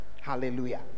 Hallelujah